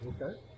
Okay